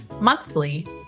monthly